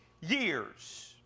years